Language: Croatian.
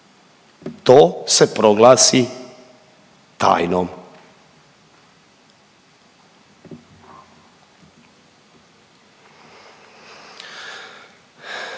to se proglasi tajnom.